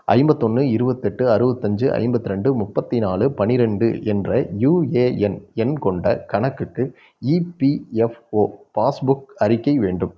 ஐம்பத்தொன்று இருபத்தெட்டு அறுபத்தஞ்சி ஐம்பத்தி ரெண்டு முப்பத்தி நாலு பனிரெண்டு என்ற யூஏஎன் எண் கொண்ட கணக்குக்கு இபிஎஃப்ஓ பாஸ்புக் அறிக்கை வேண்டும்